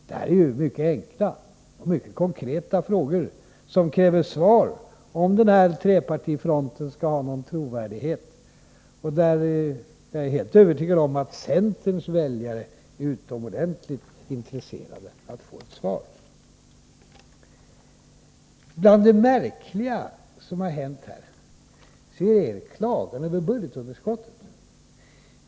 Detta är mycket enkla och konkreta frågor, som kräver svar om denna trepartifront skall ha någon trovärdighet. Jag är helt övertygad om att centerns väljare är utomordentligt intresserade av att få svar på dessa frågor. Bland det märkliga som har hänt är er klagan över budgetunderskottet.